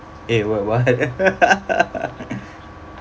eh what what